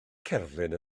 cerflun